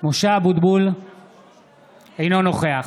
אינו נוכח